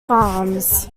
farms